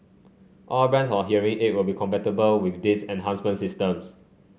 all brands of hearing aid will be compatible with these enhancement systems